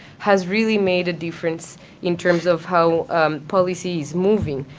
has really made a difference in terms of how policy is moving.